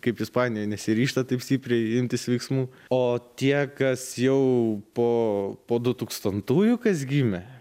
kaip ispanijoj nesiryžta taip stipriai imtis veiksmų o tie kas jau po po du tūkstantųjų kas gimę